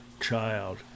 child